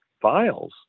Files